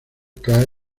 cae